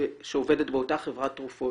שעובדת באותה חברת תרופות